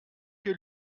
que